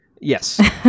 Yes